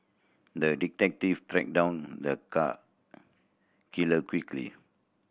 the detective tracked down the cat killer quickly